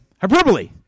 hyperbole